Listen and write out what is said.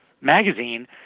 magazine